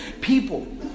people